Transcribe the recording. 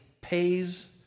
pays